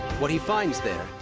what he finds there,